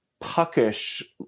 puckish